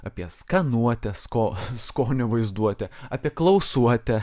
apie skanuotę sko skonio vaizduotę apie klausuotę